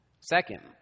Second